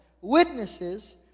witnesses